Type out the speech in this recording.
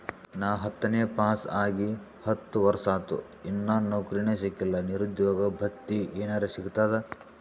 ನಾ ಹತ್ತನೇ ಪಾಸ್ ಆಗಿ ಹತ್ತ ವರ್ಸಾತು, ಇನ್ನಾ ನೌಕ್ರಿನೆ ಸಿಕಿಲ್ಲ, ನಿರುದ್ಯೋಗ ಭತ್ತಿ ಎನೆರೆ ಸಿಗ್ತದಾ?